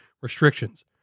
restrictions